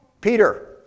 Peter